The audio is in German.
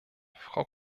frau